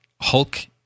Hulk